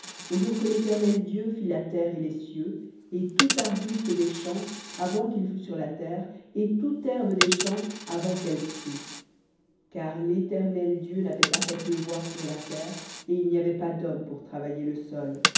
au jour que l'éternel dieu fit la terre et les cieux et tout arbuste des champs avant qu'il fût sur la terre et toute herbe des champs avant qu'elle crût car l'éternel dieu n'avait pas fait pleuvoir sur la terre et il n'y avait pas d'homme pour travailler le sol